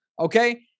okay